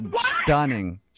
Stunning